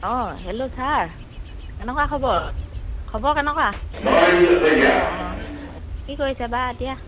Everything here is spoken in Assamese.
অঁ হেল্ল' ছাৰ কেনেকুৱা খবৰ খবৰ কেনেকুৱা অঁ অঁ কি কৰিছে বা এতিয়া